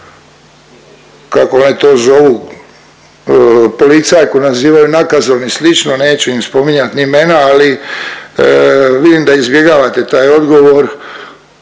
kako one to zovu policajku nazivaju nakazom i sl., neću im spominjat ni imena, ali vidim da izbjegavate taj odgovor.